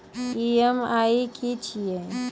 EMI की छिये?